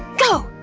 go!